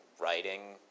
writing